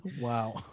Wow